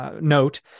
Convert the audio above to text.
note